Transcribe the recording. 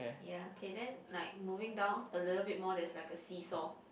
ya K then like moving down a little bit more there's like a seesaw